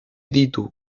ditu